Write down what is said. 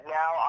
now